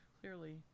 clearly